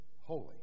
holy